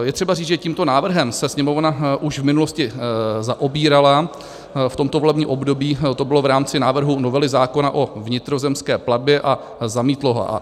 Je třeba říct, že tímto návrhem se Sněmovna už v minulosti zaobírala, v tomto volebním období to bylo v rámci návrhu novely zákona o vnitrozemské plavbě, a zamítla ho.